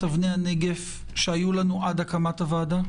אבני הנגף שהיו לנו עד הקמת הוועדה?